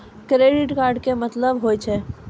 Credit card के मतलब होय छै?